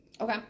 Okay